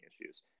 issues